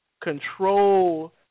control